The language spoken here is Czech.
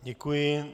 Děkuji.